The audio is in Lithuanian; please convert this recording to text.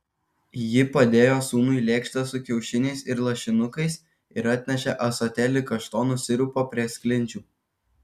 ji padėjo sūnui lėkštę su kiaušiniais ir lašinukais ir atnešė ąsotėlį kaštonų sirupo prie sklindžių